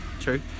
True